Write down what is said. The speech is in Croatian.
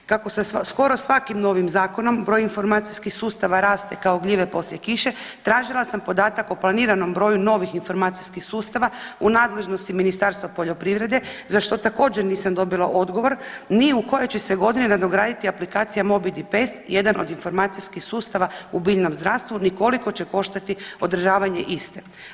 Kako sa skoro svakim novim zakonom broj informacijskih sustava raste kao gljive poslije kiše tražila sam podatak o planiranom broju novih informacijskih sustava u nadležnosti Ministarstva poljoprivrede za što također nisam dobila odgovor ni u kojoj će se godini nadograditi aplikacija MOBI the Past jedan od informacijskih sustava u biljnom zdravstvu ni koliko će koštati održavanje iste.